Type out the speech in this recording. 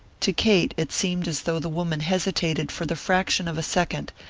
to kate it seemed as though the woman hesitated for the fraction of a second,